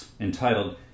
entitled